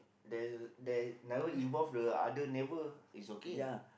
that that's never involve the other neighbour is okay